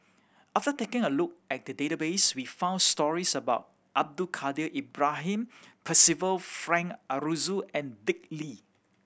after taking a look at the database we found stories about Abdul Kadir Ibrahim Percival Frank Aroozoo and Dick Lee